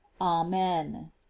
amen